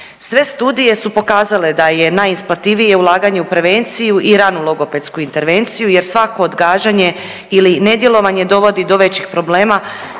Sve studije su pokazale da je najisplativije ulaganje u prevenciju i ranu logopedsku intervenciju jer svako odgađanje ili nedjelovanje dovodi do većih problema